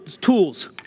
tools